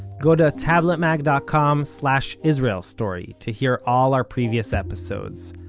go to tabletmag dot com slash israel story to hear all our previous episodes.